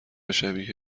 شبیه